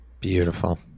Beautiful